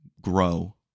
grow